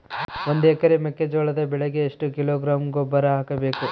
ಒಂದು ಎಕರೆ ಮೆಕ್ಕೆಜೋಳದ ಬೆಳೆಗೆ ಎಷ್ಟು ಕಿಲೋಗ್ರಾಂ ಗೊಬ್ಬರ ಹಾಕಬೇಕು?